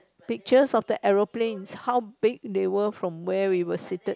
pictures of the aeroplanes how big they were from where we were sitted